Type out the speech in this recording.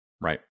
Right